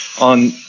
On